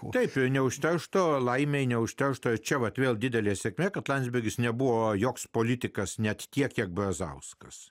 taip ir neužteršto laimei neužteršta čia vat vėl didelė sėkmė kad landsbergis nebuvo joks politikas net tiek kiek brazauskas